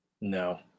No